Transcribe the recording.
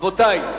רבותי,